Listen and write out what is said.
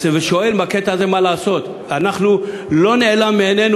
ושואל בקטע הזה מה לעשות: לא נעלם מעינינו